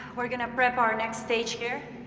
we're going to prep our next stage here.